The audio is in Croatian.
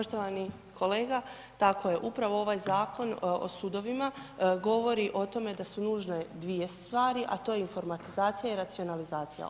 Poštovani kolega, tako je upravo ovaj Zakon o sudovima govori o tome da su nužne dvije stvari, a to je informatizacija i racionalizacija.